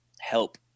help